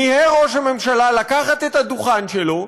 מיהר ראש הממשלה לקחת את הדוכן שלו,